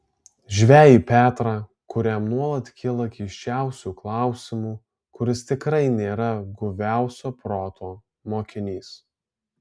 žvejį petrą kuriam nuolat kyla keisčiausių klausimų kuris tikrai nėra guviausio proto mokinys